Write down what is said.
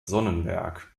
sonnenberg